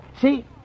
See